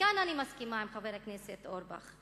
וכאן אני מסכימה עם חבר הכנסת אורבך,